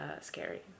scary